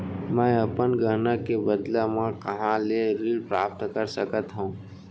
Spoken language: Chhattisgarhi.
मै अपन गहना के बदला मा कहाँ ले ऋण प्राप्त कर सकत हव?